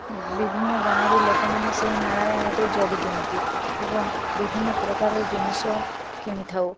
ବିଭିନ୍ନ ଗାଁରୁ ଲୋକମାନେ ସେହି ମେଳାରେ ଯୋଗ ଦିଅନ୍ତି ଏବଂ ବିଭିନ୍ନ ପ୍ରକାରର ଜିନିଷ କିଣି ଥାଉ